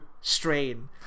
strain